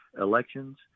elections